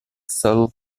sole